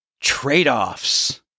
trade-offs